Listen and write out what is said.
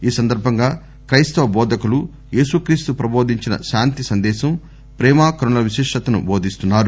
ఈ సందర్బంగా క్లెస్తవ బోధకులు ఏసుక్రీస్తు ప్రబోధించిన కాంతి సందేశం ప్రేమ కరుణల విశిష్టతను బోధిస్తున్నారు